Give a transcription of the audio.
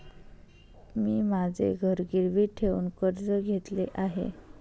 मी माझे घर गिरवी ठेवून कर्ज घेतले आहे